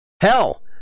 Hell